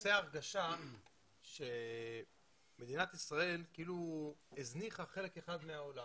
עושה הרגשה שמדינת ישראל כאילו הזניחה חלק אחד מהעולם.